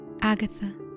Agatha